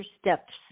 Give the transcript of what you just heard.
steps